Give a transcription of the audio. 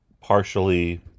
partially